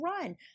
run